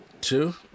Two